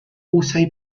also